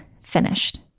finished